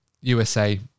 USA